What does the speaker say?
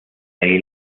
ahí